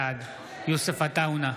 בעד יוסף עטאונה,